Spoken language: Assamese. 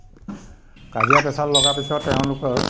কাজিয়া পেছাল লগাৰ পিছত তেওঁলোকৰ